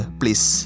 please